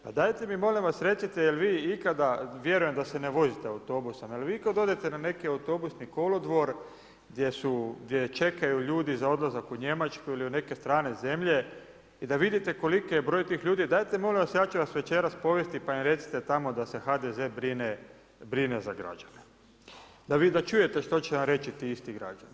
Pa dajte mi molim vas recite, jel' vi ikada, vjerujem da se ne vozite autobusom, jer vi ikada odete na neki autobusni kolodvor gdje čekaju ljudi za odlazak u Njemačku ili u neke strane zemlje i da vidite koliki je broj tih ljudi, dajte molim vas ja ću vas večeras povesti pa im recite tamo da se HDZ brine za građane, da čujete što će vam reći ti isti građani.